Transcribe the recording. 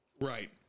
Right